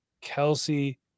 Kelsey